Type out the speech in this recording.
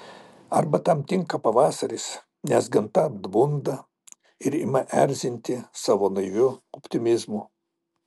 arba tam tinka pavasaris nes gamta atbunda ir ima erzinti savo naiviu optimizmu